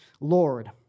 Lord